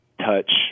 touch